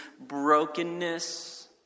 brokenness